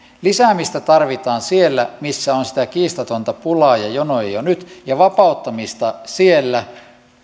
lisäämistä tarvitaan siellä missä on sitä kiistatonta pulaa ja jonoa jo nyt ja vapauttamista siellä